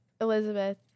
Elizabeth